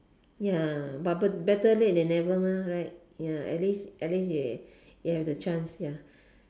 ya but uh better late than never mah right ya at least at least y~ you have the chance ya